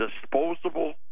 disposable